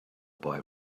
boy